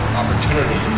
opportunity